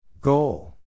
Goal